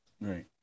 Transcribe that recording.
Right